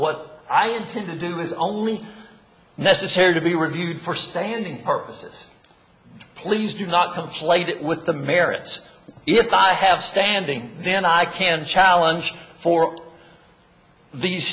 what i intend to do is only necessary to be reviewed for standing purposes please do not conflate it with the merits if i have standing then i can challenge for these